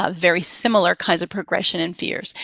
ah very similar kinds of progression and fears.